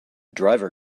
driver